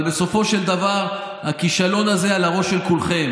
אבל בסופו של דבר הכישלון הזה על הראש של כולכם,